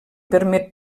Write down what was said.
permet